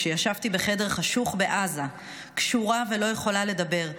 כשישבתי בחדר חשוך בעזה קשורה ולא יכולה לדבר,